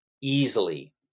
easily